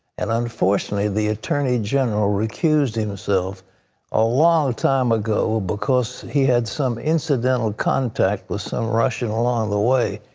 and unfortunately, the attorney-general recused himself a long time ago because he had some incidental contact with some russian along the way.